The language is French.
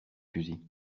fusils